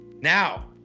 Now